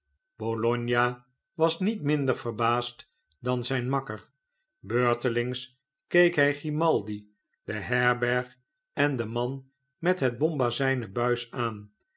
bologna was niet minder verbaasd dan zijn makker beurtelings keek hij grimaldi de herberg en den man met het bombazijnen buis aan